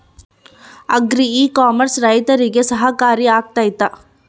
Agri e commerce ರೈತರಿಗೆ ಸಹಕಾರಿ ಆಗ್ತೈತಾ?